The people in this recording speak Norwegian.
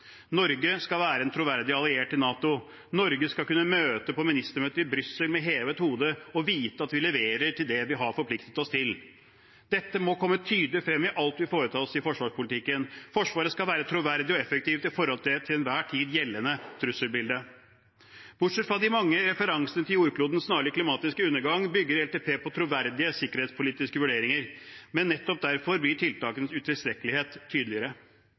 Norge skal være en troverdig alliert i NATO, og Norge skal kunne møte på ministermøte i Brussel med hevet hode og vite at vi leverer på det vi har forpliktet oss til. Dette må komme tydelig frem i alt vi foretar oss i forsvarspolitikken. Forsvaret skal være troverdig og effektivt med hensyn til det til enhver tid gjeldende trusselbildet. Bortsett fra de mange referansene til jordklodens snarlige klimatiske undergang, bygger langtidsplanen på troverdige sikkerhetspolitiske vurderinger, men nettopp derfor blir tiltakenes utilstrekkelighet tydeligere.